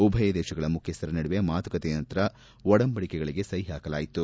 ಉಭಯ ದೇಶಗಳ ಮುಖ್ಯಸ್ಥರ ನಡುವೆ ಮಾತುಕತೆಯ ನಂತರ ಒಡಂಬಡಿಕೆಗಳಿಗೆ ಸಹಿ ಹಾಕಲಾಯಿತು